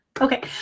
okay